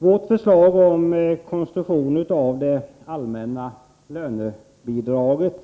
Vårt förslag om konstruktion av det allmänna lönebidraget